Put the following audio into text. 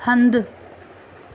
हंधि